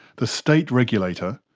the state regulator,